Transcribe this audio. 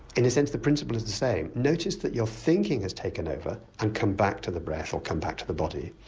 in a sense the principle is the same. notice that your thinking has taken over and come back to the breath or come back to the body.